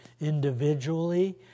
individually